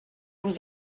vous